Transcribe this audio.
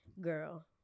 girl